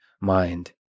mind